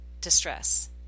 distress